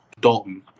Dalton